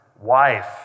wife